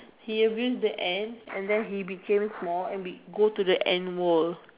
he abuse the ants and then he become small and go into the Ant world